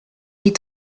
est